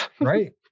Right